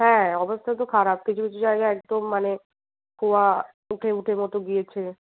হ্যাঁ অবস্থাতো খারাপ কিছু কিছু জায়গায় একদম মানে খোয়া উঠে উঠে কতো গিয়েছে